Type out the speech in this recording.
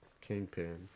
Kingpin